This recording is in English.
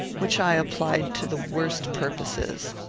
which i applied to the worst purposes.